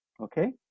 Okay